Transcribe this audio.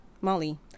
Molly